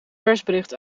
persbericht